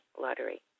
Lottery